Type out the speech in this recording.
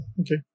okay